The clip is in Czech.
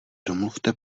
domluvte